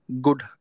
good